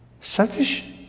selfish